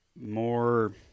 more